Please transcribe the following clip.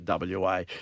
WA